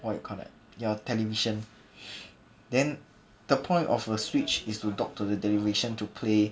what you call that your television then the point of a switch is to talk to the television to play